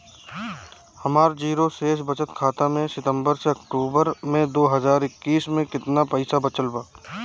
हमार जीरो शेष बचत खाता में सितंबर से अक्तूबर में दो हज़ार इक्कीस में केतना पइसा बचल बा?